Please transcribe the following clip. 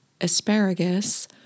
asparagus